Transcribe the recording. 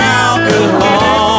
alcohol